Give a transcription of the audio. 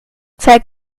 zeig